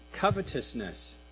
covetousness